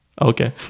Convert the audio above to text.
Okay